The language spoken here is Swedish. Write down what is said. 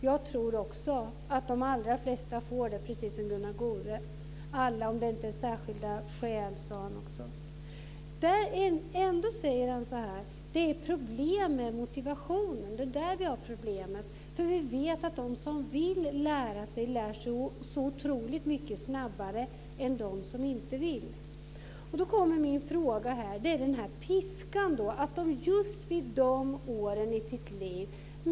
Jag tror, precis som Gunnar Goude, att de allra flesta får det - om det inte är fråga om särskilda skäl. Ändå säger Gunnar Goude att det är problem med motivationen. Vi vet att de som vill lära sig lär sig så otroligt mycket snabbare än dem som inte vill. Min fråga gäller piskan.